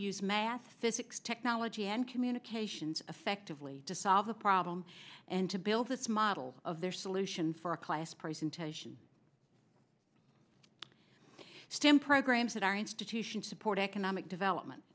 use math physics technology and communications effectively to solve a problem and to build this model of their solution for a class presentation stem programs that our institutions support economic development